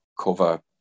cover